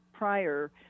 prior